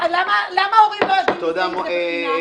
למה הורים לא יודעים מזה אם זה בחינם?